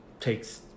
takes